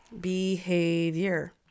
Behavior